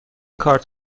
کارت